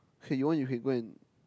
okay you want you can go and